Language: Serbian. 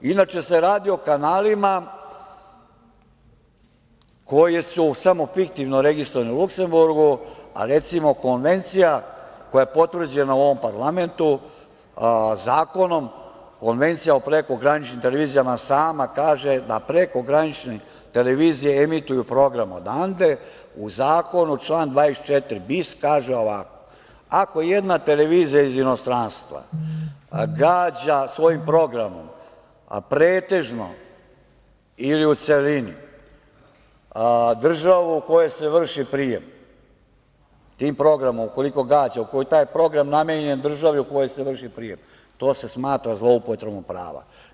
Inače se radi o kanalima koji su samo fiktivno registrovani u Luksemburgu, a recimo, konvencija koja je potvrđena u ovom parlamentu zakonom, Konvencija o prekograničnim televizijama sama kaže da prekogranične televizije emituju program odande u zakonu član 24. kaže ovako – ako jedna televizija iz inostranstva gađa svojim programom, pretežno ili u celini, državu u kojoj se vrši prijem, tim programom ukoliko gađa, ako je taj program namenjen državi u kojoj se vrši prijem, to se smatra zloupotrebom prava.